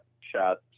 shots